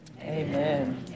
Amen